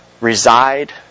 reside